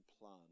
plan